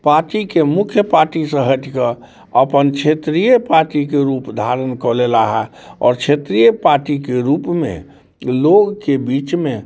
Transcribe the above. पार्टीके मुख्य पार्टीसँ हटिके अपन क्षेत्रीय पार्टीके रूप धारण कऽ लेला हँ आओर क्षेत्रीय पार्टीके रूपमे लोगके बीचमे